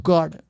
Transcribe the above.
God